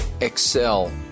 excel